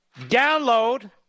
download